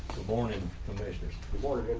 born and commissioners awarded